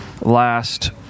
last